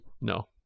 No